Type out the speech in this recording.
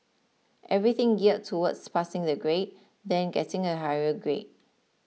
everything geared towards passing the grade then getting a higher grade